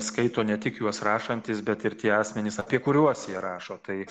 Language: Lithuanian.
skaito ne tik juos rašantys bet ir tie asmenys apie kuriuos jie rašo tai